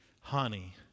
honey